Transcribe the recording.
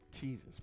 Jesus